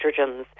estrogens